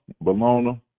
Bologna